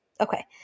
okay